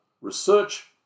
research